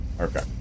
Okay